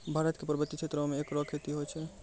भारत क पर्वतीय क्षेत्रो म एकरो खेती होय छै